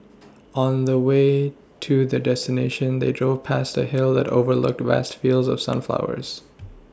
on the way to their destination they drove past a hill that overlooked vast fields of sunflowers